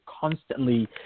constantly